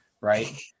right